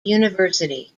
university